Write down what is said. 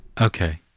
Okay